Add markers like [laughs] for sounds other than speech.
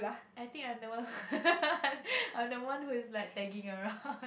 I think I'm the one [laughs] I'm the one who is like tagging around